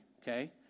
okay